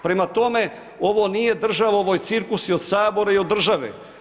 Prema tome, ovo nije država, ovo je cirkus i od Sabora i od države.